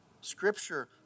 Scripture